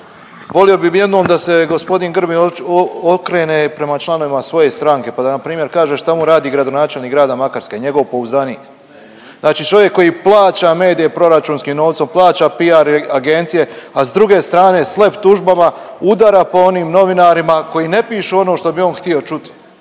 Volio bih jednom da se gospodin Grbin okrene prema članovima svoje stranke, pa da na primjer kaže šta mu radi gradonačelnik grada Makarske njegov pouzdanik? Znači čovjek koji plaća medije proračunskim novcom, plaća PR agencije, a s druge strane slep tužbama udara po onim novinarima koji ne pišu ono što bi on htio čuti